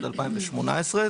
עד 2018,